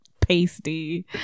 pasty